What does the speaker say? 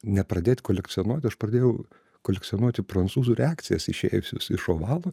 nepradėt kolekcionuoti aš pradėjau kolekcionuoti prancūzų reakcijas išėjusias iš ovalo